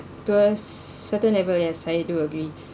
to a certain level yes I do agree